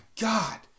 god